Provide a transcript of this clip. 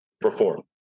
perform